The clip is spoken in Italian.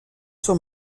suo